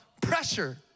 pressure